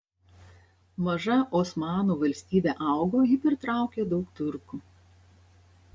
maža osmanų valstybė augo ji pritraukė daug turkų